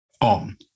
on